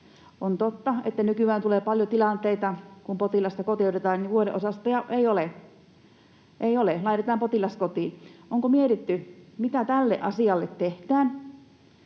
On totta, että nykyään tulee paljon tilanteita, kun potilasta kotiutetaan, että vuodeosastoja ei ole. Ei ole, laitetaan potilas kotiin. Onko mietitty, mitä tälle asialle tehdään?